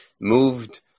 moved